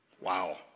wow